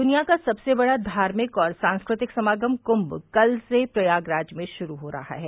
द्निया का सबसे बड़ा धार्मिक और सांस्कृतिक समागम क्भ कल से प्रयागराज में शुरू हो रहा है